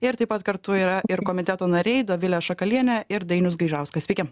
ir taip pat kartu yra ir komiteto nariai dovilė šakalienė ir dainius gaižauskas sveiki